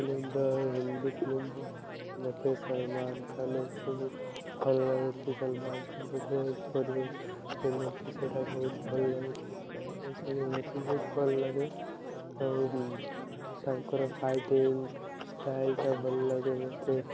ଫିଲ୍ମର ହିନ୍ଦୀ ଫିଲ୍ମ ମୋତେ ସଲମାନ ଖାନ୍ ଏସବୁ ଭଲ ଲାଗୁଛି ସଲମାନ୍ ଖାନ୍ ଡ୍ରେସ୍ ପରିବମତି ସେଟା ବହୁତ ଭଲ ଲାଗୁଛି ଏସବୁ ମୋତେ ବହୁତ ଭଲ ଲାଗେ ଆଉ ତାଙ୍କର ଫାଇଟିଂ ଷ୍ଟାଇଲ୍ଟା ଭଲ ଲାଗେ ମୋତେ